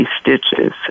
stitches